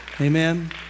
Amen